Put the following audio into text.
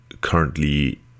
currently